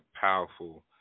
powerful